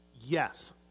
Yes